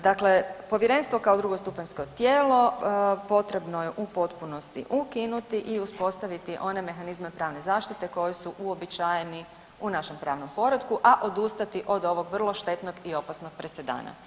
Dakle, povjerenstvo kao drugostupanjsko tijelo potrebno je u potpunosti ukinuti i uspostaviti one mehanizme pravne zaštite koji su uobičajeni u našem pravnom poretku, a odustati od ovog vrlo štetnog i opasnog presedana.